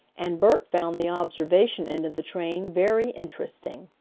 and bert found the observation end of the train very interesting.